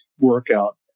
workout